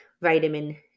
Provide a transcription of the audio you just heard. vitamin